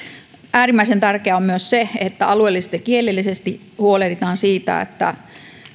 äärimmäisen tärkeää on myös se että alueellisesti ja kielellisesti huolehditaan siitä että